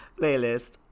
Playlist